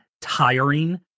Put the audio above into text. tiring